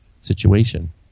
situation